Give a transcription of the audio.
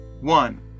One